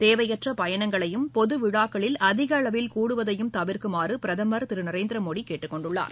தேவையற்ற பயணங்களையும் பொது விழாக்களில் அதிக அளவில் கூடுவதையும் தவிர்க்குமாறும் பிரதமர் திரு நரேந்திர மோடி கேட்டுக்கொண்டுள்ளார்